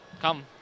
come